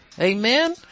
Amen